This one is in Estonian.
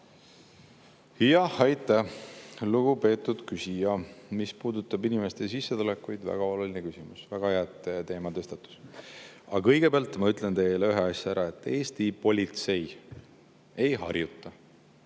Aitäh, lugupeetud küsija! Mis puudutab inimeste sissetulekuid – väga oluline küsimus, väga hea, et teema tõstatus. Aga kõigepealt ma ütlen teile ühe asja ära: Eesti politsei ei harjuta,